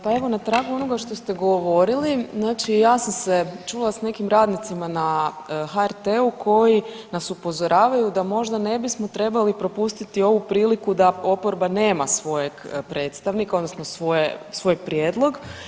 Pa evo na tragu onoga što ste govorili znači ja sam se čula sa nekim radnicima na HRT-u koji nas upozoravaju da možda ne bismo trebali propustiti ovu priliku da oporba nema svojeg predstavnika odnosno svoj prijedlog.